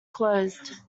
closed